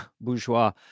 bourgeois